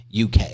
UK